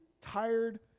tired